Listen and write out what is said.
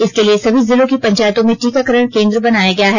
इसके लिए सभी जिलों की पंचायतों में टीकाकरण केन्द्र बनाया गया है